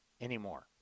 anymore